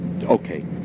okay